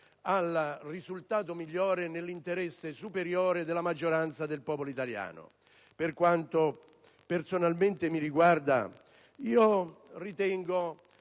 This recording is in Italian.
al risultato migliore, nell'interesse superiore della maggioranza del popolo italiano. Per quanto mi riguarda, quando